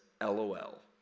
LOL